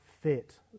fit